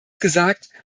gesagt